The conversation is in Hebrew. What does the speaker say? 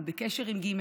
הוא בקשר עם ג',